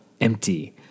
Empty